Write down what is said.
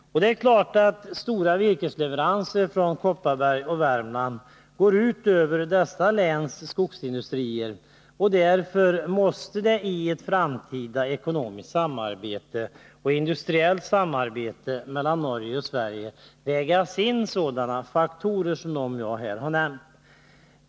Det är klart att stora virkesleveranser från Kopparberg och Värmland inverkar negativt på dessa läns skogsindustrier. Därför måste i ett framtida ekonomiskt och industriellt samarbete mellan Sverige och Norge sådana faktorer som jag nu har nämnt vägas in.